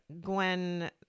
Gwen